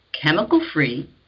chemical-free